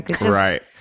Right